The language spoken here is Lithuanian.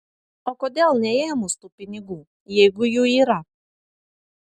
o kodėl neėmus tų pinigų jeigu jų yra